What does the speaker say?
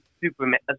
Superman